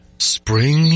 Spring